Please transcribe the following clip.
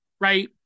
Right